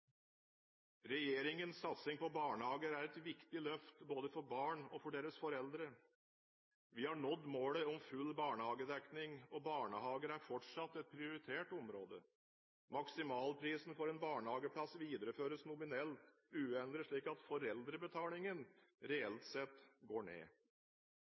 Regjeringens satsing på barnehager er et viktig løft, både for barna og for deres foreldre. Vi har nådd målet om full barnehagedekning, og barnehager er fortsatt et prioritert område. Maksimalprisen for en barnehageplass videreføres nominelt uendret, slik at foreldrebetalingen reelt sett går ned.